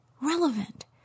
relevant